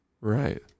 Right